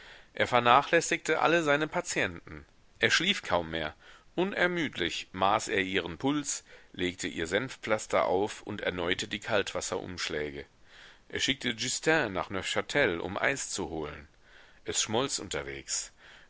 er vernachlässigte alle seine patienten er schlief kaum mehr unermüdlich maß er ihren puls legte ihr senfpflaster auf und erneute die kaltwasser umschläge er schickte justin nach neufchtel um eis zu holen es schmolz unterwegs